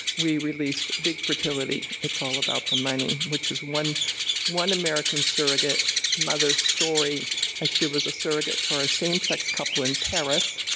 we released big fertility it's all about the money, which is one one american surrogate mother's story as she was a surrogate for a same-sex couple in paris,